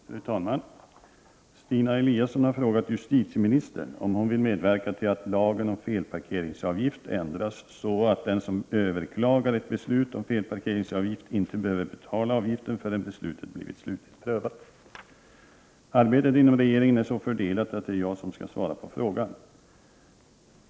Fru talman! Stina Eliasson har frågat justitieministern om hon vill medverka till att lagen om felparkeringsavgift ändras, så att den som överklagar ett beslut om felparkeringsavgift inte behöver betala avgiften förrän beslutet blivit slutligt prövat. Arbetet inom regeringen är så fördelat att det är jag som skall svara på frågan.